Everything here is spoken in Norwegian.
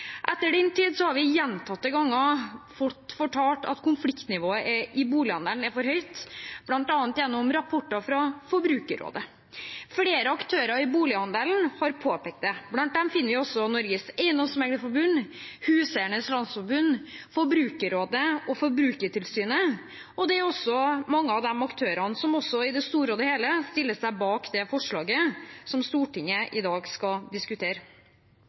Etter den tid har vi gjentatte ganger blitt fortalt at konfliktnivået i bolighandelen er for høyt, bl.a. gjennom rapporter fra Forbrukerrådet. Flere aktører i bolighandelen har påpekt det. Blant dem finner vi Norges Eiendomsmeglerforbund, Huseiernes Landsforbund, Forbrukerrådet og Forbrukertilsynet, og det er mange av de aktørene som i det store og hele stiller seg bak det forslaget som Stortinget i dag skal diskutere.